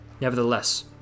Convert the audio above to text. Nevertheless